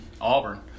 Auburn